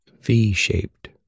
V-shaped